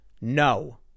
no